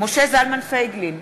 משה זלמן פייגלין,